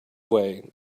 way